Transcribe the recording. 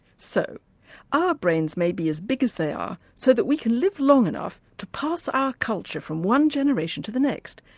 so our brains maybe as big as they are so that we can live long enough to pass our culture from one generation to the next,